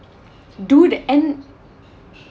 dude and